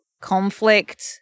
conflict